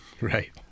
Right